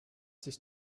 sich